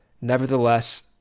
nevertheless